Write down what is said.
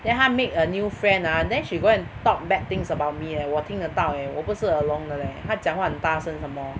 then 她 make a new friend ah then she go and talk bad things about me leh 我听得到 eh 我不是耳聋的 leh 她讲话很大声 some more